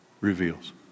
reveals